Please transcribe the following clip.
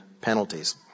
penalties